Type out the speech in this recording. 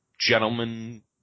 Gentlemen